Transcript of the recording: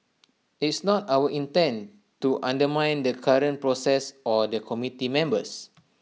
it's not our intent to undermine the current process or the committee members